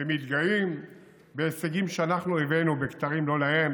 ומתגאים בהישגים שאנחנו הבאנו ובכתרים לא להם.